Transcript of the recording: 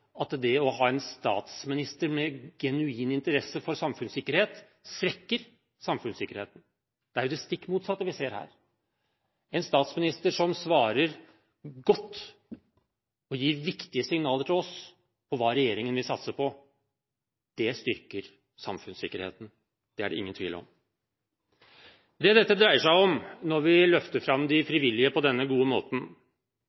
at det å ha en statsminister med genuin interesse for samfunnssikkerhet svekker samfunnssikkerheten. Det er jo det stikk motsatte vi ser her. En statsminister som svarer godt, og gir viktige signaler til oss om hva regjeringen vil satse på, styrker samfunnssikkerheten. Det er det ingen tvil om. Det det dreier seg om når vi løfter fram de